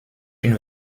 une